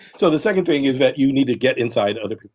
so the second thing is that you need to get inside other,